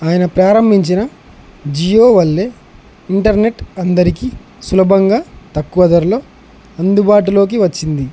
ఆయన ప్రారంభించిన జియో వల్లే ఇంటర్నెట్ అందరికీ సులభంగా తక్కువ ధరలో అందుబాటులోకి వచ్చింది